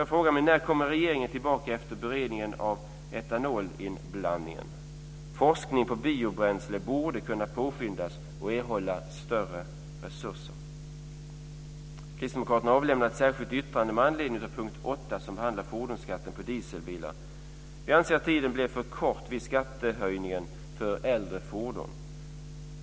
Jag frågar mig: När kommer regeringen tillbaka efter beredningen av frågan om etanolinblandning? Forskningen på biobränslen borde kunna påskyndas och erhålla större resurser. Kristdemokraterna har avlämnat ett särskilt yttrande med anledning av punkt 8, som behandlar fordonsskatten på dieselbilar. Vi anser att tiden blir för kort vid skattehöjningen på äldre fordon.